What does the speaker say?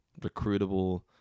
recruitable